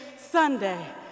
Sunday